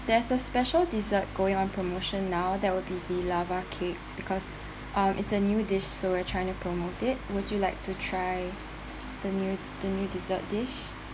there's a special dessert going on promotion now that would be the lava cake because um it's a new dish so we trying to promote it would you like to try the new the new dessert dish